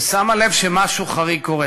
ששמה לב שמשהו חריג קורה.